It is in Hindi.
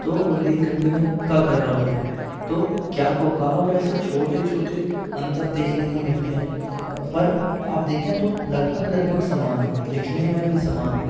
तो वो बुंदेलखंडी में का कर रहो हय तो क्या को का और ऐसे छोटे छोटे अंतर देखने को मिलते हैं पर आप देखें तो लगभग लगभग समान हैं लिखने में भी समान हैं